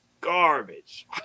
garbage